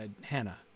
Hannah